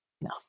No